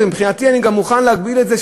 מבחינתי אני גם מוכן להגביל את זה,